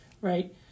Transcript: right